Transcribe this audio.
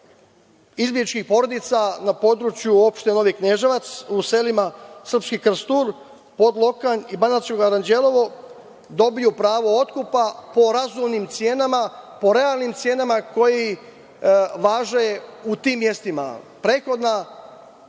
izbegličkih porodica na području opštine Novi Kneževac, u selima Srpski Krstur pod lokalnim i Banatsko Aranđelovo, dobiju pravo otkupa po razumnim cenama, po realnim cenama koje važe u tim mestima. Prethodna